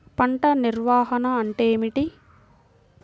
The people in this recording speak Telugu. పంట నిర్వాహణ అంటే ఏమిటి?